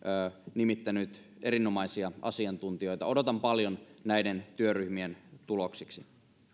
nimittänyt erinomaisia asiantuntijoita odotan paljon näiden työryhmien tuloksilta